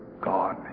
God